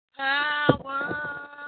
Power